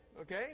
okay